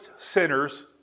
sinners